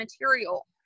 material